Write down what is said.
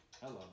Hello